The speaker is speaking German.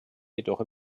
jedoch